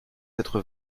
être